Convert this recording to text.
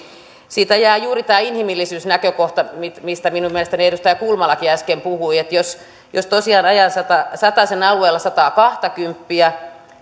siitä jää juuri tämä inhimillisyysnäkökohta mistä minun mielestäni edustaja kulmalakin äsken puhui jos tosiaan ajan satasen alueella sataakahtakymppiä